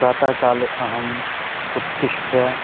प्रातःकाले अहम् उत्थाय